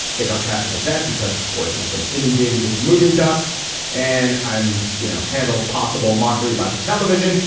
take our cats to the vet because the poor thing's been inundated with the moving dust and i'm, you know, handle possible mockery by the television.